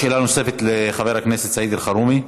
שאלה נוספת לחבר הכנסת סעיד אלחרומי.